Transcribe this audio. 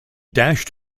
dashed